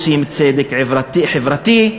רוצים צדק חברתי,